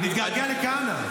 נתגעגע לכהנא.